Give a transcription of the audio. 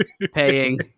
paying